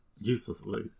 Uselessly